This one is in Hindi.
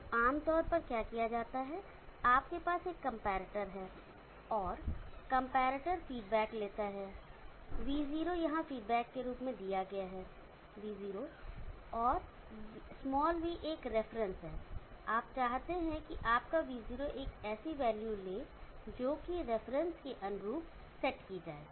तो आम तौर पर क्या किया जाता है आपके पास एक कंपैरेटर है और कंपैरेटर फीडबैक लेता है V0 यहां फ़ीडबैक के रूप में दिया गया है V0 और v एक रिफरेंस है आप चाहते हैं कि आपका V0 एक ऐसी वैल्यू ले जो कि रेफरेंस के अनुरूप सेट की जाए